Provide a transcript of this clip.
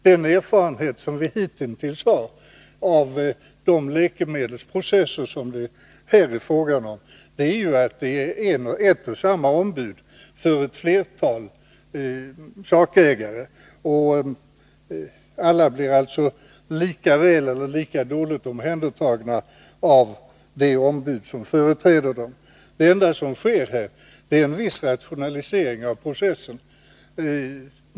Den erfarenhet vi hittills har av de läkemedelsprocesser som det här är fråga om är att det är ett och samma ombud för ett flertal sakägare. Alla blir alltså ändå lika väl eller lika dåligt omhändertagna av det ombud som företräder dem. Det enda som här sker är alltså en viss rationalisering av processen.